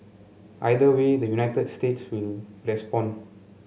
either way the United States will respond